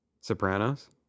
Sopranos